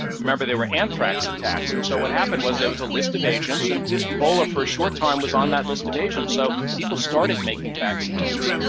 remember, there were anthrax attacks. and so what happened was there was a list of agents, and ebola, for a short time, was on that list of agents, so people started making vaccines,